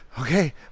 okay